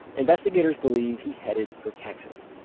investigators believe he headed for texas.